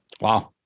Wow